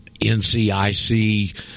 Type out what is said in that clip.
ncic